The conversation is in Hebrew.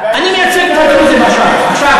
אני מייצג את הדרוזים עכשיו.